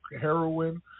heroin